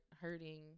hurting